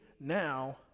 now